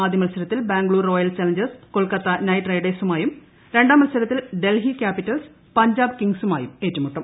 ആദ്യ മത്സരത്തിൽ Bangalore Royal Challengers Kolkata Knight റൈഡേഴ്സുമായും രണ്ടാം മത്സരത്തിൽ ഡൽഹി ക്യാപിറ്റൽസ് പഞ്ചാബ് കിംഗ്സുമായും ഏറ്റുമുട്ടും